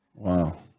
Wow